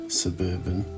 suburban